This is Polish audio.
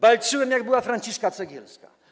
Walczyłem, jak była Franciszka Cegielska.